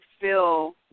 feel